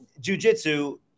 jujitsu